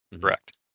Correct